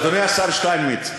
אדוני השר שטייניץ,